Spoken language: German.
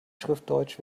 schriftdeutsch